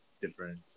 different